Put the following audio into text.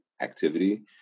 activity